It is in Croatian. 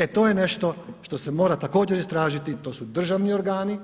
E to je nešto što se mora također istražiti, to su državni organi